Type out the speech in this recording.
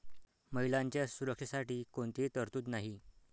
महिलांच्या सुरक्षेसाठी कोणतीही तरतूद नाही